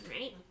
right